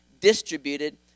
distributed